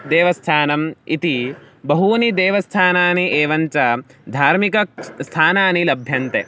देवस्थानम् इति बहूनि देवस्थानानि एवञ्च धार्मिकानि स्थानानि लभ्यन्ते